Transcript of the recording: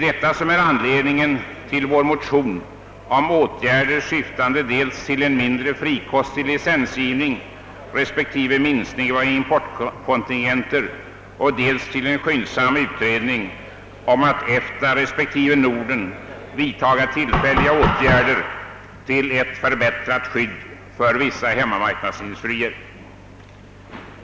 Detta är anledningen till vår motion om åtgärder syftande dels till en mindre frikostig licensgivning respektive minskning av importkontingenter och dels till en skyndsam utredning om att inom EFTA respektive Norden vidtaga tillfälliga åtgärder till ett förbättrat skydd för vissa hemmamarknadsindustrier.